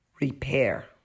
repair